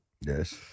Yes